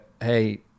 hey